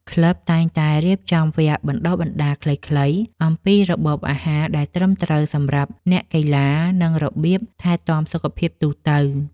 ក្លឹបតែងតែរៀបចំវគ្គបណ្ដុះបណ្ដាលខ្លីៗអំពីរបបអាហារដែលត្រឹមត្រូវសម្រាប់អ្នកកីឡា និងរបៀបថែទាំសុខភាពទូទៅ។